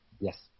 Yes